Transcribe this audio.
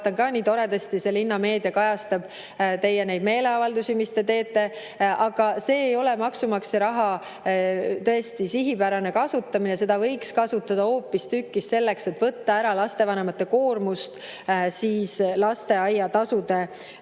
nii toredasti linnameedia kajastab teie meeleavaldusi, mis te teete, aga see ei ole tõesti maksumaksja raha sihipärane kasutamine. Seda raha võiks kasutada hoopistükkis selleks, et võtta ära lastevanemate koormust lasteaiatasude